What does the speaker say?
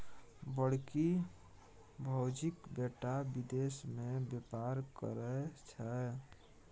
बड़की भौजीक बेटा विदेश मे बेपार करय छै